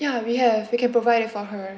ya we have we can provide it for her